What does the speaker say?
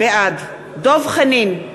בעד דב חנין,